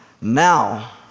now